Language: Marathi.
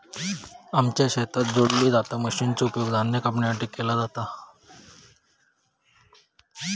आमच्या शेतात जोडली जाता मशीनचा उपयोग धान्य कापणीसाठी केलो जाता